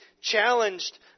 challenged